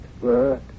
word